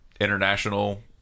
international